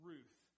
Ruth